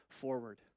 forward